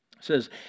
says